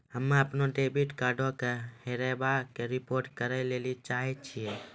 हम्मे अपनो डेबिट कार्डो के हेराबै के रिपोर्ट करै लेली चाहै छियै